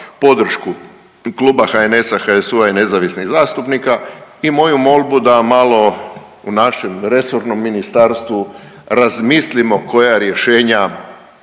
podršku Kluba HNS-a, HSU-a i nezavisnih zastupnika i moju molbu da malo u našem resornom ministarstvu razmislimo koja rješenja,